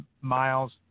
miles